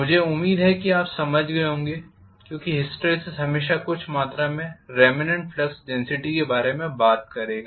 मुझे उम्मीद है कि आप समझ गए होंगे क्योंकि हिसटीरेज़िस हमेशा कुछ मात्रा में रेमनेंट फ्लक्स डेन्सिटी के बारे में बात करेगा